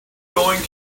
going